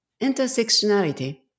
Intersectionality